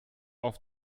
auf